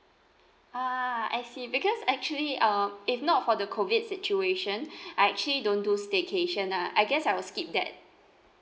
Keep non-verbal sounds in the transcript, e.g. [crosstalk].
ah I see because actually uh if not for the COVID situation [breath] I actually don't do staycation ah I guess I will skip that